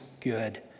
good